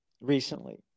recently